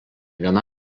gana